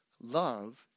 Love